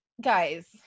Guys